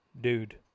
Dude